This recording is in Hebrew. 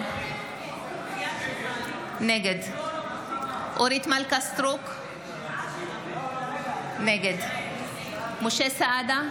נגד אורית מלכה סטרוק, נגד משה סעדה,